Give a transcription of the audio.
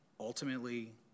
Ultimately